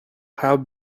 have